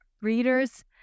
Readers